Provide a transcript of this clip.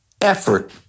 effort